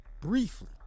briefly